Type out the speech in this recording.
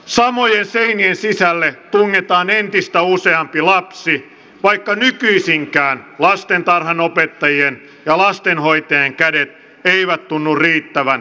samojen seinien sisälle tungetaan entistä useampi lapsi vaikka nykyisinkään lastentarhanopettajien ja lastenhoitajien kädet eivät tunnu riittävän joka suuntaan